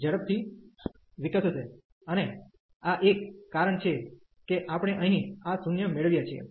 ઝડપથી વિકસશે અને આ એક કારણ છે કે આપણે અહીં આ 0 મેળવીએ છીએ